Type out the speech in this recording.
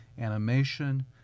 animation